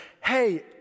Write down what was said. hey